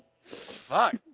Fuck